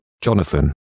Jonathan